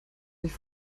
sich